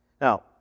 Now